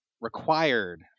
required